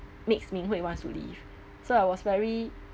makes ming hui wants to leave so I was very